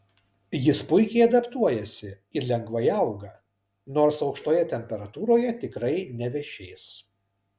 jis puikiai adaptuojasi ir lengvai auga nors aukštoje temperatūroje tikrai nevešės